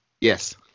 Yes